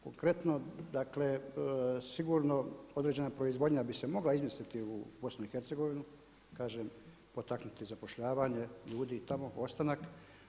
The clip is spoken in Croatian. Konkretno dakle sigurno određena proizvodnja bi se mogla izmisliti u BIH, kažem potaknuti zapošljavanje ljudi tamo, ostanak.